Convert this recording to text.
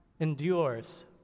endures